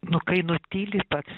nu kai nutyli pats